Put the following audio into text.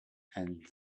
and